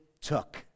took